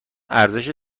ارزش